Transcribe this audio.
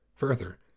Further